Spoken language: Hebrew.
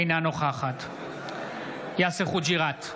אינה נוכחת יאסר חוג'יראת,